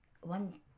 one